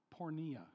pornea